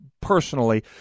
personally